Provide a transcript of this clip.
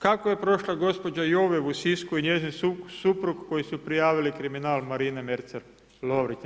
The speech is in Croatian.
Kako je prošla gospođa Jovev u Sisku i njezin suprug koji su prijavili kriminal Marine Mercel-Lovrić?